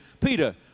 Peter